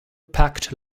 packed